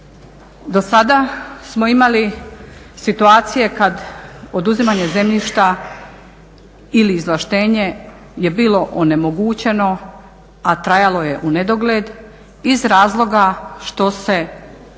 do sada smo imali situacije kad oduzimanje zemljišta ili izvlaštenje je bilo onemogućeno a trajalo je u nedogled iz razloga što se kod